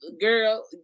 girl